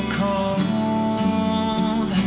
cold